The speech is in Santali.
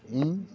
ᱤᱧ